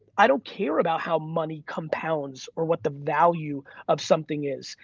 i don't care about how money compounds or what the value of something is.